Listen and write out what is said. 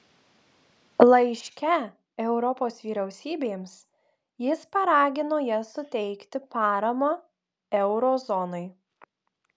laiške europos vyriausybėms jis paragino jas suteikti paramą euro zonai